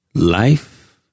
Life